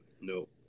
no